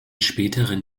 späteren